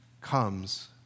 comes